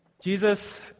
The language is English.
Jesus